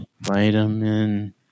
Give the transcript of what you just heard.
Vitamin